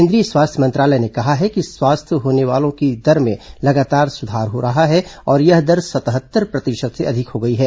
केंद्रीय स्वास्थ्य मंत्रालय ने कहा है कि स्वस्थ होने वालों की दर में लगातार सुधार हो रहा है और यह दर सतहत्तर प्रतिशत से अधिक हो गई है